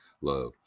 love